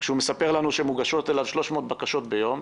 כשהוא סיפר לנו שמוגשות אליו 300 בקשות ביום,